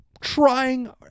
trying